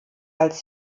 als